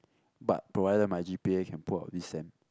but provided my g_p_a can pull up this sem